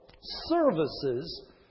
services